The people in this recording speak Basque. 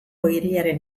hiriaren